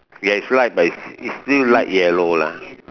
yes is light but is is still light yellow lah